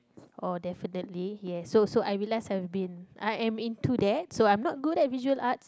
or definitely yes so so I realise I've been I am into that so I'm not good at visual arts